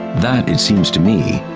that, it seems to me,